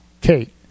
Kate